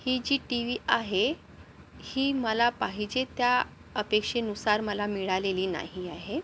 ही G T V आहे ही मला पाहिजे त्या अपेक्षेनुसार मला मिळालेली नाही आहे